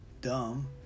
dumb